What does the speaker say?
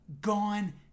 gone